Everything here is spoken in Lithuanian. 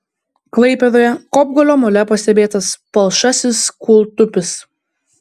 klaipėdoje kopgalio mole pastebėtas palšasis kūltupis